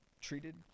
treated